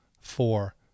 Four